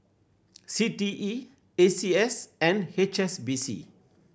C T E A C S and H S B C